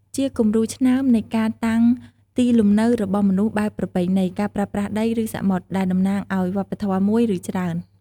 ជាគំរូឆ្នើមនៃការតាំងទីលំនៅរបស់មនុស្សបែបប្រពៃណី ការប្រើប្រាស់ដី ឬសមុទ្រ ដែលតំណាងឱ្យវប្បធម៌មួយ ឬច្រើន។